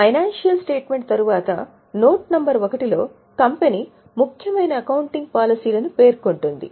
financial statement తరువాత note number 1 లో company ముఖ్యమైన అకౌంటింగ్ పాలసీలను పేర్కొంటుంది